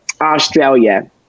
Australia